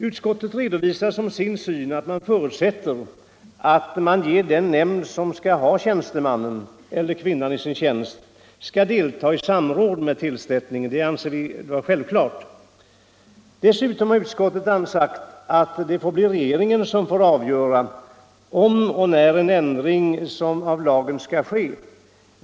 Utskottet redovisar som sin syn att man förutsätter att den nämnd som skall ha tjänstemannen eller kvinnan i sin tjänst skall delta i samråd med tillsättarna — detta anser vi vara självklart. Dessutom har utskottet uttalat att det får bli regeringens sak att avgöra om och när en ändring av lagen skall ske.